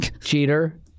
cheater